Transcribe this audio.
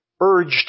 urged